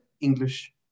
English